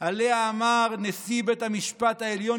שעליה אמר נשיא בית המשפט העליון,